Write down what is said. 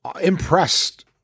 impressed